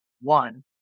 one